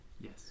Yes